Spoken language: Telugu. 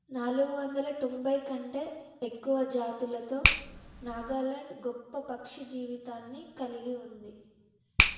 నాలుగు వందల తొంభై కంటే ఎక్కువ జాతులతో నాగాలాండ్ గొప్ప పక్షి జీవితాన్ని కలిగి ఉంది